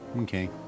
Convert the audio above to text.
Okay